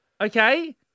Okay